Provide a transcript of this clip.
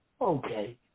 Okay